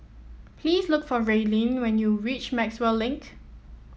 please look for Raelynn when you reach Maxwell Link